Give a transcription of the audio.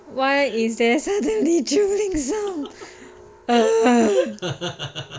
why is there suddenly drilling sound